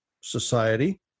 society